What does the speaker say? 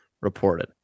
reported